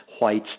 Whites